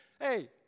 hey